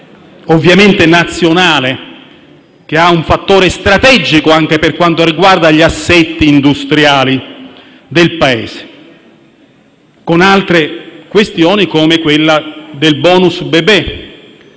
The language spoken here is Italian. ovviamente è un fattore strategico anche per quanto riguarda gli assetti industriali del Paese, e con altre questioni, come quella del *bonus* bebè,